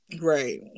Right